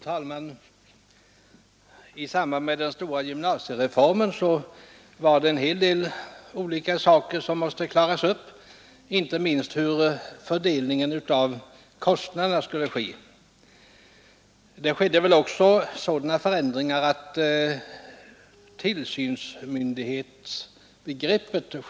Fru talman! I samband med den stora gymnasiereformen var det en hel del olika saker som måste klaras upp, inte minst hur fördelningen av kostnaderna skulle ske. Det inträdde också en del förändringar vad gäller tillsynsmyndighetsbegreppet.